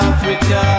Africa